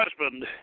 husband